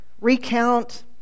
recount